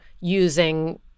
using